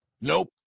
Nope